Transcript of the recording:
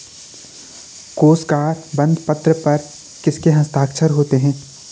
कोशागार बंदपत्र पर किसके हस्ताक्षर होते हैं?